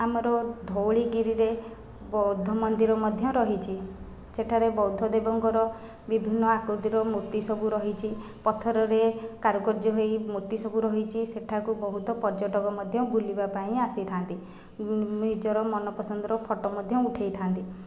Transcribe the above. ଆମର ଧଉଳିଗିରିରେ ବୌଦ୍ଧ ମନ୍ଦିର ମଧ୍ୟ ରହିଛି ସେଠାରେ ବୌଦ୍ଧ ଦେବଙ୍କର ବିଭିନ୍ନ ଆକୃତିର ମୂର୍ତ୍ତି ସବୁ ରହିଛି ପଥରରେ କାରୁକାର୍ଯ୍ୟ ହୋଇ ମୂର୍ତ୍ତି ସବୁ ରହିଛି ସେଠାକୁ ବହୁତ ପର୍ଯ୍ୟଟକ ମଧ୍ୟ ବୁଲିବା ପାଇଁ ଆସିଥାନ୍ତି ନିଜର ମନ ପସନ୍ଦର ଫଟୋ ମଧ୍ୟ ଉଠେଇଥାନ୍ତି